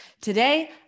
Today